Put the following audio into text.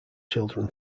children